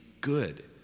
good